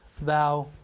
thou